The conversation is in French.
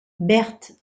berthe